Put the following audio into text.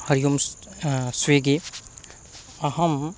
हरिः ओम् स्विग्गि अहम्